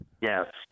Yes